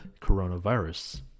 coronavirus